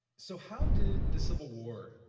so how did the civil war,